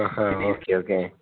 Aaha okay okay